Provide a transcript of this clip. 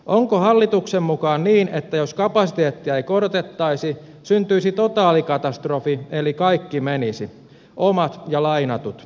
onko hallituksen mukaan niin että jos kapasiteettia ei korotettaisi syntyisi totaalikatastrofi eli kaikki menisi omat ja lainatut